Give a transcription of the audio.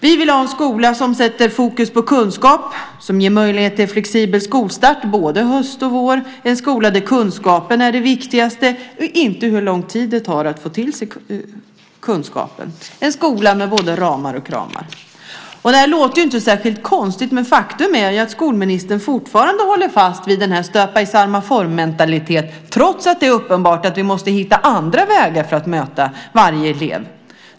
Vi vill ha en skola som sätter fokus på kunskap, ger möjlighet till flexibel skolstart - både höst och vår - en skola där kunskapen är det viktigaste, inte hur lång tid det tar att ta till sig kunskapen. Vi vill ha en skola med både ramar och kramar. Det låter inte särskilt konstigt, men faktum är att skolministern fortfarande håller fast vid stöpa-i-samma-form-mentaliteten trots att det är uppenbart att vi måste hitta andra vägar för att möta varje elev.